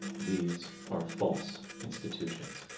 these are false institutions.